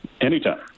Anytime